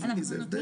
תביני, זה הבדל.